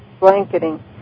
blanketing